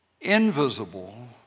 invisible